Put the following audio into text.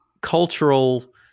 cultural